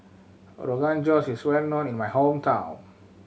Rogan Josh is well known in my hometown